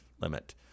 limit